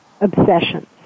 obsessions